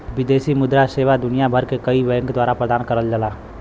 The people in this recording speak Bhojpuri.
विदेशी मुद्रा सेवा दुनिया भर के कई बैंक द्वारा प्रदान करल जाला